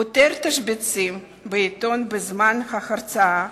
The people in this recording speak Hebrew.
פותר תשבצים בעיתון בזמן ההרצאה